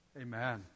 Amen